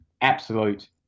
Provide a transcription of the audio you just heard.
absolute